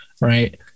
right